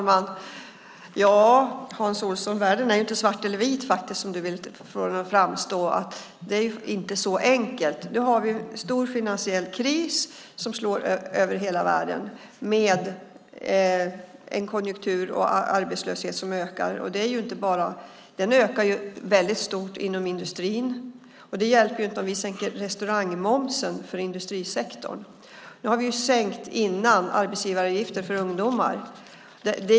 Fru talman! Världen är inte svart eller vit, som du vill få den att framstå, Hans Olsson. Det är inte så enkelt. Vi har en stor finansiell kris över hela världen med en arbetslöshet som ökar. Den ökar väldigt stort inom industrin. Det hjälper inte industrisektorn om vi sänker restaurangmomsen. Nu har vi redan sänkt arbetsgivaravgifterna för ungdomar.